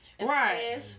Right